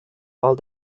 all